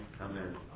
Amen